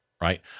right